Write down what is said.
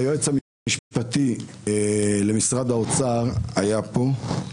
היועץ המשפטי של משרד האוצר היה כאן.